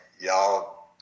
y'all